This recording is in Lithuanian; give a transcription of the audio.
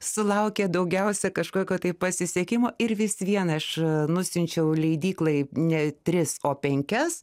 sulaukė daugiausia kažkokio tai pasisekimo ir vis vien aš nusiunčiau leidyklai ne tris o penkias